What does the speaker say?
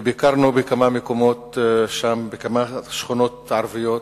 ביקרנו בכמה מקומות שם, בכמה שכונות ערביות,